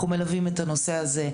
אנחנו מלווים את הנושא הזה,